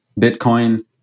Bitcoin